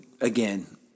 again